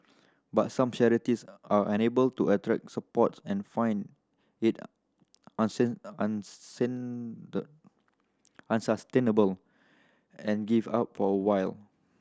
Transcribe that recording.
but some charities are unable to attract support and find it unsustainable and give up for a while